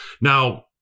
Now